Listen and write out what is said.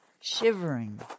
shivering